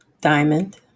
diamond